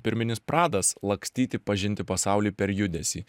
pirminis pradas lakstyti pažinti pasaulį per judesį